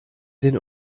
den